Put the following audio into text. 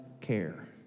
care